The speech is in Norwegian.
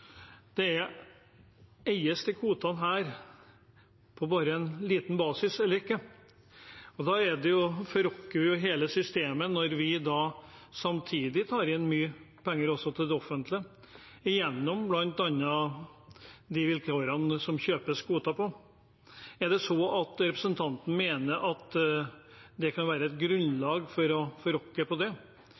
kvotene på bare en liten basis eller ikke? Da rokker vi ved hele systemet når vi samtidig tar inn mye penger også til det offentlige, gjennom bl.a. de vilkårene det kjøpes kvoter på. Er det så at representanten mener det kan være et grunnlag for å rokke ved det?